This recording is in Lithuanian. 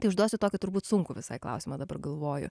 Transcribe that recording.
tai užduosiu tokį turbūt sunkų visai klausimą dabar galvoju